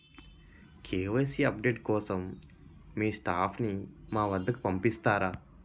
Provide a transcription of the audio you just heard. KYC update కోసం మీ staff ని మా వద్దకు పంపిస్తారా?